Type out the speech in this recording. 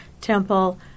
temple